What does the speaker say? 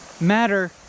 matter